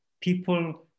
people